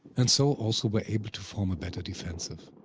and so, also were able to form a better defensive.